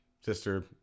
Sister